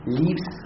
leaves